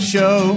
Show